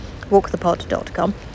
Walkthepod.com